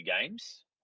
games